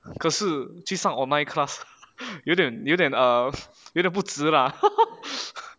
可是去上 online class 有点有点有点不值 lah haha